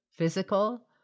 physical